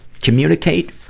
communicate